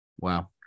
Wow